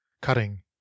cutting